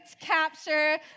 capture